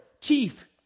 Chief